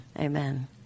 Amen